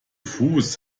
fuß